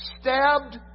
stabbed